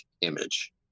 image